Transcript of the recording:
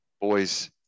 Boys